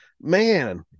man